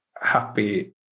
happy